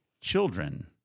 children